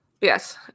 Yes